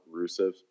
Rusev